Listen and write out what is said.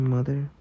Mother